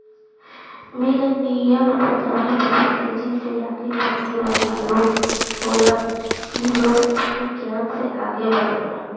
millennial उद्यमी बहुत तेजी से आगे बढ़े वाला लोग होलन इ लोग अपने ज्ञान से आगे बढ़लन